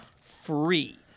free